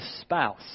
spouse